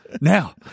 now